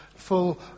Full